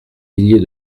milliers